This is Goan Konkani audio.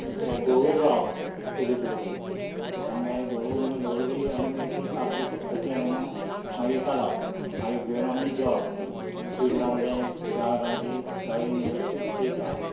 धवळीत रावप चुलीर दवरून मागीर धवळून धवल्ली मागीर ती तापली खतखतली काय ना मागीर काडप मागीर घेवन आमी जेवप ती शीत रांदलें दाळ रांदली दाळीन वेवस्थीत जेयता आमी